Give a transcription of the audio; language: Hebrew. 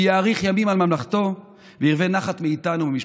כי יאריך ימים על ממלכתו וירווה נחת מאיתנו וממשפחתו.